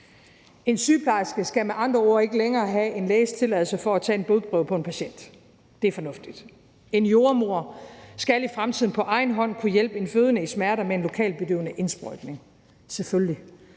En sygeplejerske skal med andre ord ikke længere have en læges tilladelse til at tage en blodprøve fra en patient – det er fornuftigt. En jordemoder skal i fremtiden på egen hånd kunne hjælpe en fødende i smerter med en lokalbedøvende indsprøjtning – selvfølgelig.